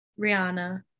Rihanna